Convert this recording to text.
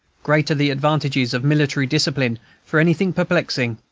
great are the advantages of military discipline for anything perplexing,